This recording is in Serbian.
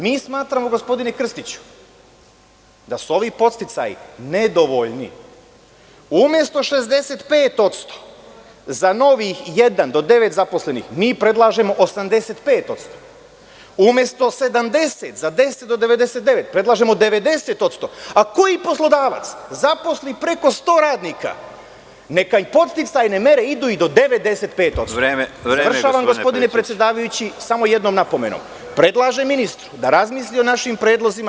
Mi smatramo, gospodine Krstiću, da su ovi podsticaji nedovoljni, umesto 65% za novih jedan do devet zaposlenih mi predlažemo 85%, umesto 70 za deset do 99, predlažemo 90%, a koji poslodavac zaposli preko 100 radnika neka im podsticajne mere idu i do 95%. (Predsedavajući: Vreme.) Završavam gospodine predsedavajući samo jednom napomenom, predlažem ministru da razmisli o našim predlozima.